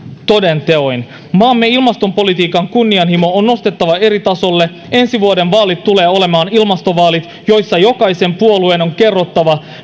toden teolla maamme ilmastopolitiikan kunnianhimo on nostettava eri tasolle ensi vuoden vaalit tulevat olemaan ilmastovaalit jossa jokaisen puolueen on kerrottava